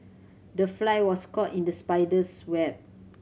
the fly was caught in the spider's web